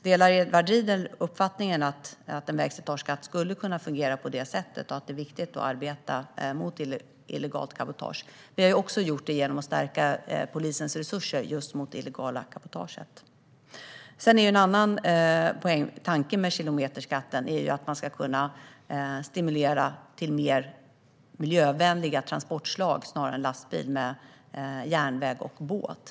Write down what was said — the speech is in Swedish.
Delar Edward Riedl uppfattningen att en vägslitageskatt skulle kunna fungera på det sättet och att det är viktigt att arbeta mot illegalt cabotage? Vi har också gjort detta genom att stärka polisens resurser för arbete mot illegalt cabotage. En annan tanke med kilometerskatten är att man ska kunna stimulera till mer miljövänliga transportslag än lastbil, som järnväg och båt.